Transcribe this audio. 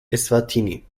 eswatini